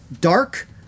dark